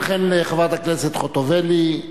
חן חן לחברת הכנסת חוטובלי.